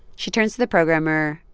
she turns to the programmer,